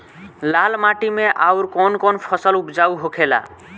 लाल माटी मे आउर कौन कौन फसल उपजाऊ होखे ला?